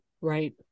Right